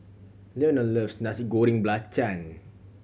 Leonel loves Nasi Goreng Belacan